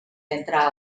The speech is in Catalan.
entre